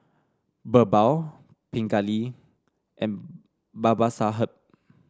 BirbaL Pingali and Babasaheb